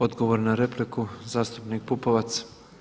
Odgovor na repliku zastupnik Pupovac.